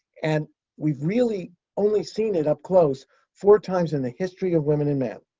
and we've really only seen it up close four times in the history of women and men.